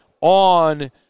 on